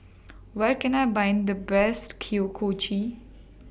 Where Can I Buy The Best Kuih Kochi